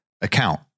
account